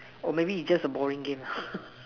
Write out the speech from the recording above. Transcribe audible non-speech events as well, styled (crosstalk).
or maybe it's just a boring game lah (laughs)